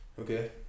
Okay